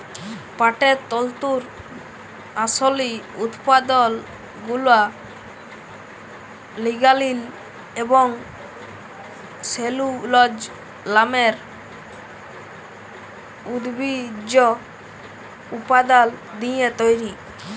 পাটের তল্তুর আসলি উৎপাদলগুলা লিগালিল এবং সেলুলজ লামের উদ্ভিজ্জ উপাদাল দিঁয়ে তৈরি